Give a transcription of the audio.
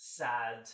sad